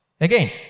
Again